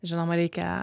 žinoma reikia